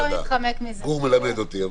גור מלמד אותי.